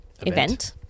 event